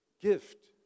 gift